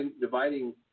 dividing